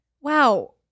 Wow